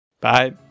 Bye